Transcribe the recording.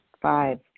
Five